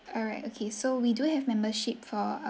alright okay so we do have membership for